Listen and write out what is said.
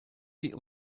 die